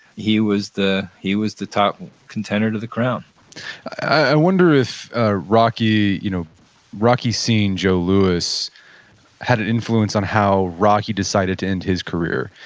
he was he was the top contender to the crown i wonder if ah rocky you know rocky seeing joe louis had an influence on how rocky decided to end his career,